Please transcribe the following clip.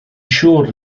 siŵr